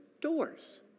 doors